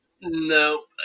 Nope